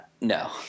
No